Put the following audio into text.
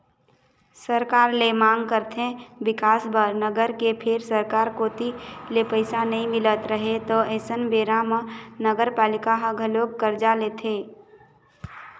सरकार ले मांग करथे बिकास बर नगर के फेर सरकार कोती ले पइसा नइ मिलत रहय त अइसन बेरा म नगरपालिका ह घलोक करजा लेथे